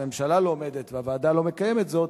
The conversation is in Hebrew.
הממשלה לא עומדת והוועדה לא מקיימת זאת,